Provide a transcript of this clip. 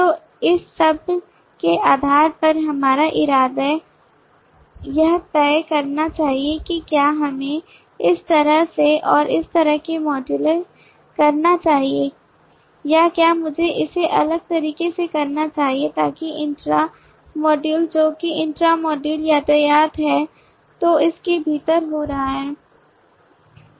तो इस सब के आधार पर हमारा इरादा यह तय करना चाहिए कि क्या हमें इस तरह से और इस तरह से मॉड्यूलर करना चाहिए या क्या मुझे इसे अलग तरीके से करना चाहिए ताकि इंट्रा मॉड्यूल जो कि इंट्रा मॉड्यूल यातायात है जो इस के भीतर हो रहा है